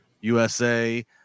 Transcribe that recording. USA